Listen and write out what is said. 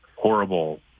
horrible